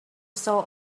saw